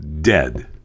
dead